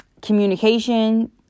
communication